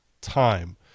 time